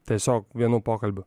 tiesiog vienu pokalbiu